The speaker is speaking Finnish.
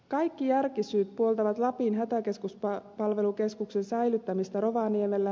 kaikki järkisyyt puoltavat lapin hätäkeskuspalvelukeskuksen säilyttämistä rovaniemellä